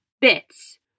bits